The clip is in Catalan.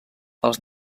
els